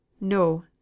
No